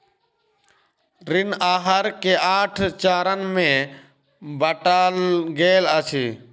ऋण आहार के आठ चरण में बाटल गेल अछि